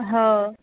हो